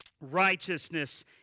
righteousness